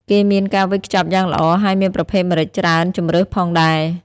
គេមានការវេចខ្ចប់យ៉ាងល្អ ហើយមានប្រភេទម្រេចច្រើនជម្រើសផងដែរ។